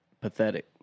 pathetic